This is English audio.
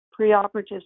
preoperative